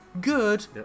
Good